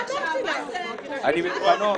אתם ביטלתם